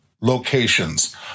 locations